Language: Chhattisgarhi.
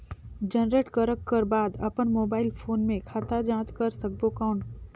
जनरेट करक कर बाद अपन मोबाइल फोन मे खाता जांच कर सकबो कौन?